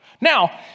Now